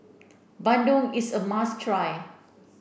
Bandung is a must try